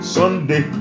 Sunday